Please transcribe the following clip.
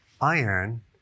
iron